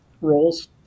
roles